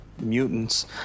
mutants